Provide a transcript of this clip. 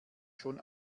schon